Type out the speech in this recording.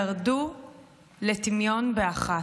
ירדו לטמיון באחת.